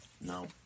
No